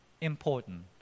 important